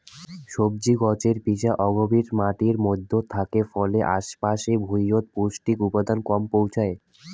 সবজি গছের শিপা অগভীর মাটির মইধ্যত থাকে ফলে আশ পাশের ভুঁইয়ত পৌষ্টিক উপাদান কম পৌঁছায়